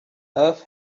earth